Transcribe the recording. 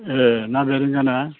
ए ना बेरेंगा ना